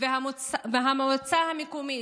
והמועצה המקומית,